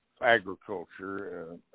agriculture